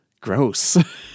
gross